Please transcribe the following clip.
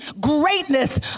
greatness